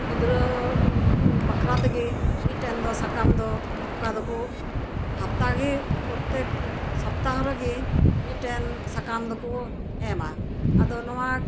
ᱜᱤᱫᱽᱨᱟᱹ ᱵᱟᱠᱷᱨᱟ ᱛᱮᱜᱤ ᱢᱤᱫᱴᱮᱱ ᱫᱚ ᱥᱟᱠᱟᱢ ᱫᱚ ᱚᱠᱟᱫᱚᱠᱩ ᱦᱟᱯᱛᱟᱜᱤ ᱯᱚᱨᱛᱛᱮᱠ ᱥᱟᱯᱛᱟᱦᱚ ᱨᱮᱜᱤ ᱢᱤᱫᱴᱮᱱ ᱥᱟᱠᱟᱢ ᱫᱚᱠᱩ ᱮᱢᱟ ᱟᱫᱚ ᱱᱚᱣᱟ